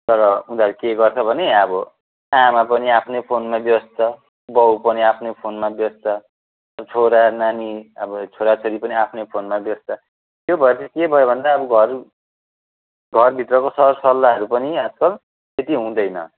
तर उनीहरू के गर्छ भने अब आमा पनि आफ्नै फोनमा व्यस्त बाउ पनि आफ्नै फोनमा व्यस्त छोरा नानी अब छोरा छोरी पनि आफ्नै फोनमा व्यस्त त्यो भएर चाहिँ के भयो भन्दा अब घर घरभित्रको सरसल्लाहरू पनि आजकल त्यति हुँदैन